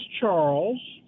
Charles